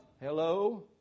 Hello